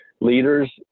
leaders